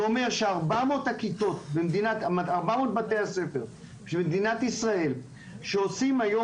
זה אומר ש-400 בתי הספר במדינת ישראל שעושים היום